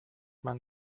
man